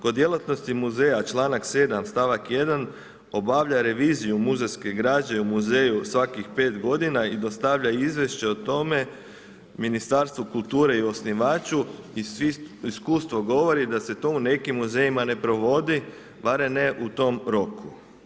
Kod djelatnosti muzeja članak 7. stavak 1. obavlja reviziju muzejske građe u muzeju svakih 5 godina i dostavlja izvješće o tome Ministarstvu kulture i osnivaču, iskustvo govori da se to u nekim muzejima ne provodi barem ne u tom roku.